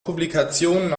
publikationen